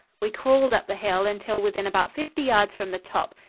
we crawled up the hill until within about fifty yards from the top,